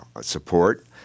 support